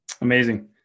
Amazing